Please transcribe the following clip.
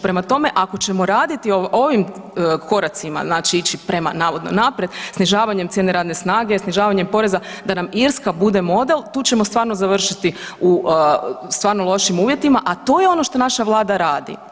Prema tome, ako ćemo raditi ovim koracima znači ići prema navodno naprijed snižavanjem cijene radne snage, snižavanjem poreza da nam Irska bude model tu ćemo stvarno završiti u stvarno lošim uvjetima, a to je ono što naša Vlada radi.